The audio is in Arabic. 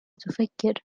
تفكر